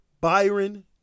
Byron